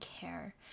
care